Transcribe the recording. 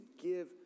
give